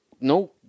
no